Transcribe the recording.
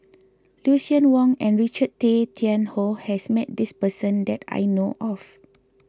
Lucien Wang and Richard Tay Tian Hoe has met this person that I know of